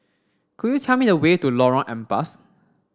could you tell me the way to Lorong Ampas